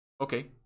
Okay